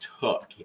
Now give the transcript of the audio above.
took